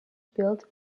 built